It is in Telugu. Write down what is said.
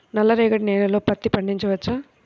నల్ల రేగడి నేలలో పత్తి పండించవచ్చా?